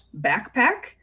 backpack